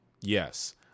Yes